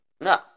No